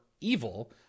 evil –